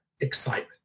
excitement